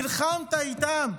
נלחמת איתם,